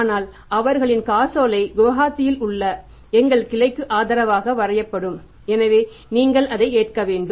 ஆனால் அவர்களின் காசோலை குவஹாத்தியில் உள்ள எங்கள் கிளைக்கு ஆதரவாக வரையப்படும் எனவே நீங்கள் அதை ஏற்க வேண்டும்